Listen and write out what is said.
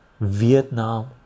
Vietnam